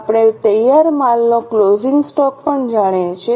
આપણે તૈયાર માલનો ક્લોઝિંગ સ્ટોક પણ જાણીએ છીએ